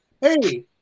hey